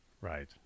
Right